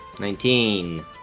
Nineteen